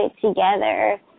together